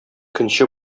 көнче